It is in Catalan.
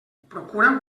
procura